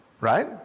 Right